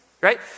right